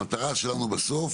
המטרה שלנו בסוף,